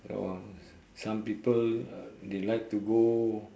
no some people they like to go